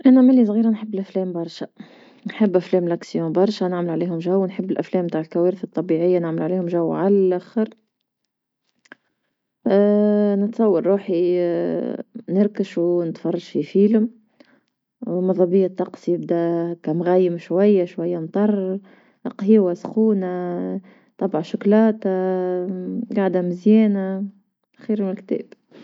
انا مالي صغيرة نحب أفلام برشا، نحب أفلام لكسيو برشا نعمل عليهم جو ونحب الأفلام متاع الكوارث الطبيعية نعمل عليهم جو على لخر، نتصور روحي نركش ونتفرج في فيلم، ومذا بيا الطقس يبدا هكا مغيم شوية شوية مطر قهيوة سخونة طابع شكلاطة قعدة مزيانة، خير وكتاب.